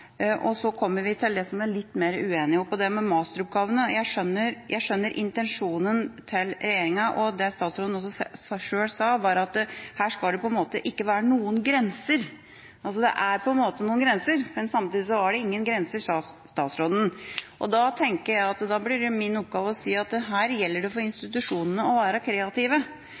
Så kommer vi til det som vi er litt mer uenige om. Til det med masteroppgavene: Jeg skjønner intensjonen til regjeringa, og det statsråden også sjøl sa, var at her skal det på en måte ikke være noen grenser. Det er på en måte noen grenser, men samtidig så var det ingen grenser, sa statsråden. Da tenker jeg at det blir min oppgave å si at her gjelder det for institusjonene å være kreative.